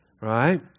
Right